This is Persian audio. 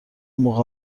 موقع